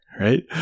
Right